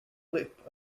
lip